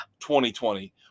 2020